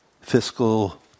fiscal